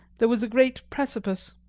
there was a great precipice.